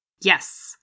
Yes